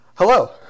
Hello